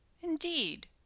Indeed